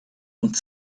und